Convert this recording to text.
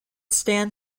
stand